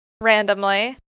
randomly